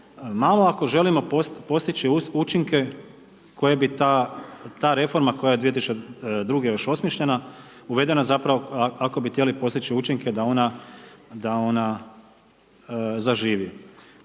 malo ako želimo postići učinke koje bi ta reforma koja je 2002. još osmišljena uvedena zapravo ako bi htjeli postići učinke da ona da